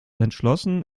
entschlossen